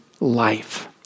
life